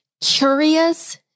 curious